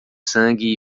sangue